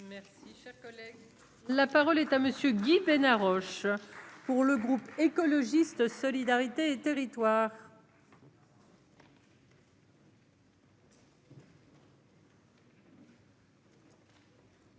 Merci, cher collègue. La parole est à monsieur Guy Bénard Roche. Pour le groupe écologiste solidarité et territoires.